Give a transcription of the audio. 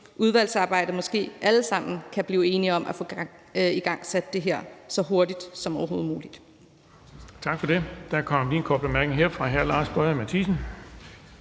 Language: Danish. udvalgsarbejdet måske alle sammen kan blive enige om at få igangsat det her så hurtigt som overhovedet muligt.